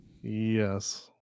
yes